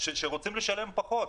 שרוצים לשלם פחות.